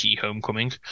Homecoming